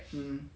um